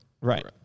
right